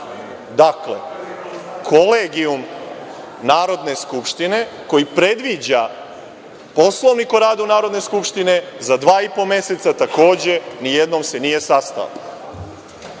kolegijum Narodne skupštine, koji predviđa Poslovnik o radu Narodne skupštine, za dva i po meseca takođe ni jednom se nije sastao.